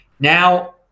now